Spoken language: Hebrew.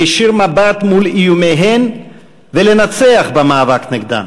להישיר מבט מול איומיהן ולנצח במאבק נגדן.